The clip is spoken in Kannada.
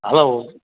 ಅಲ್ಲ ಓ